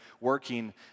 working